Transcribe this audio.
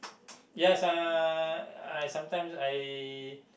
yes I uh I sometimes I